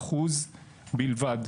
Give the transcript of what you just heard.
כ-3% בלבד.